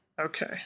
Okay